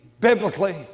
Biblically